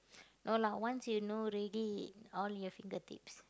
no lah once you know already all your fingertips